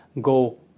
go